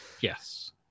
Yes